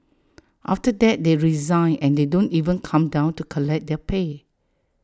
after that they resign and they don't even come down to collect their pay